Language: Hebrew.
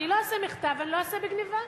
אני לא אעשה מחטף ולא אעשה בגנבה.